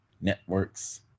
Networks